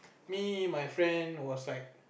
me my friend was like